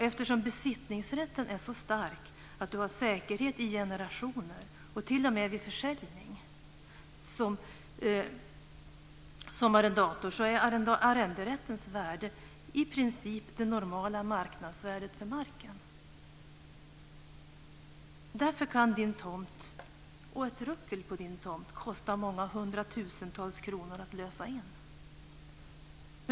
Eftersom besittningsrätten är så stark att man har säkerhet i generationer t.o.m. vid försäljning som arrendator är arrenderättens värde i princip det normala marknadsvärdet för marken. Därför kan tomten och ett ruckel på tomten kosta många hundratusentals kronor att lösa in.